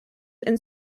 and